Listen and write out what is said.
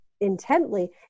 intently